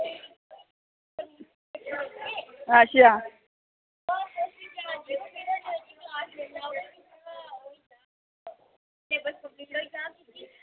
अच्छा